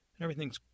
everything's